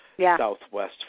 Southwest